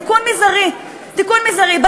תיקון מזערי בדרך,